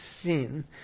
sin